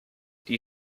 die